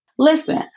Listen